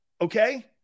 okay